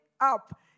up